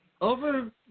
over